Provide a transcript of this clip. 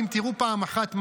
אם תראו פעם אחת,